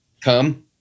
come